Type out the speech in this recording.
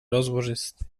rozłożysty